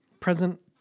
Present